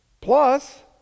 Plus